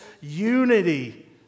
unity